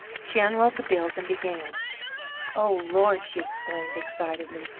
she unrolled the bills and began o lord! she exclaimed excitedly,